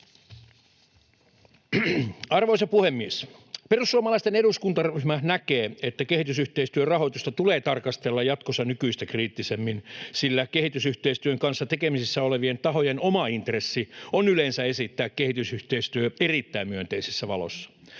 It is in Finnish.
Arvoisa puhemies! Perussuomalaisten eduskuntaryhmä näkee, että kehitysyhteistyön rahoitusta tulee tarkastella jatkossa nykyistä kriittisemmin, sillä kehitysyhteistyön kanssa tekemisissä olevien tahojen oma intressi on yleensä esittää kehitysyhteistyö erittäin myönteisessä valossa.